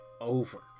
over